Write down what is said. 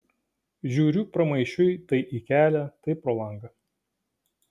žiūriu pramaišiui tai į kelią tai pro langą